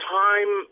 time